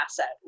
asset